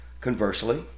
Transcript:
Conversely